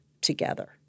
together